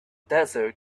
desert